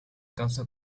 causa